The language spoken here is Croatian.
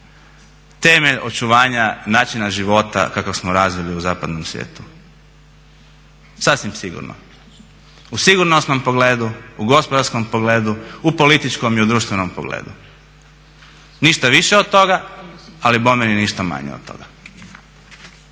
temelj očuvanja nacionalnog života kakvog smo razvili u zapadnom svijetu, sasvim sigurno. U sigurnosnom pogledu, u gospodarskom pogledu, u političkom i u društvenom pogledu. Ništa više od toga, ali bome ni ništa manje od toga.